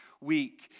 week